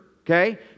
okay